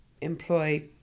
employ